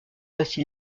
ainsi